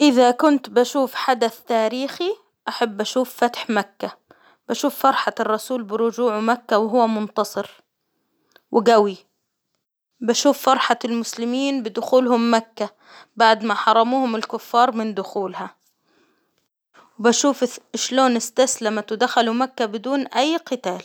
إذا كنت بشوف حدث تاريخي، أحب أشوف فتح مكة، بشوف فرحة الرسول برجوعه مكة وهو منتصر، وجوي، بشوف فرحة المسلمين بدخولهم مكة، بعد ما حرموهم الكفار من دخولها، وبشوف اش- شلون إستسلمت ودخلوا مكة بدون اي قتال.